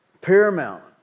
paramount